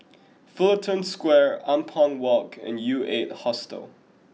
Fullerton Square Ampang Walk and U eight Hostel